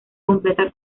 completa